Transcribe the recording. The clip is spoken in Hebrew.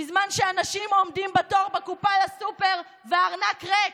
בזמן שאנשים עומדים בתור בקופה לסופר והארנק ריק.